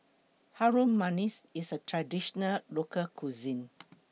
Harum Manis IS A Traditional Local Cuisine